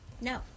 no